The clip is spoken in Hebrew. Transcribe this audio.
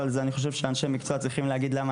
אבל אני חושב שאנשי מקצוע צריכים להגיד למה